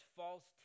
false